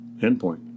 endpoint